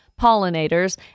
pollinators